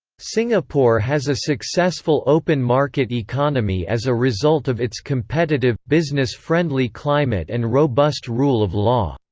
singapore has a successful open market economy as a result of its competitive, business-friendly climate and robust rule of law.